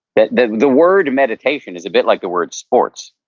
that the the word meditation is a bit like the word sports,